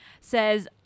says